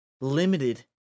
limited